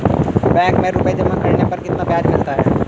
Bank में रुपये जमा करने पर कितना ब्याज मिलता है?